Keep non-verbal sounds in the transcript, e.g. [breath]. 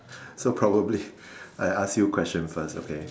so probably [breath] I ask you question first okay